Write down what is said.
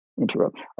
interrupt